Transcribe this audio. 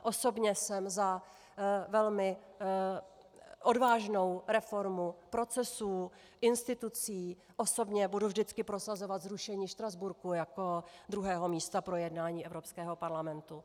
Osobně jsem za velmi odvážnou reformu procesů institucí, osobně budu vždycky prosazovat zrušení Štrasburku jako druhého místa pro jednání Evropského parlamentu.